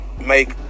make